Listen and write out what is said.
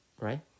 right